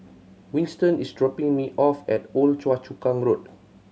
Winston is dropping me off at Old Choa Chu Kang Road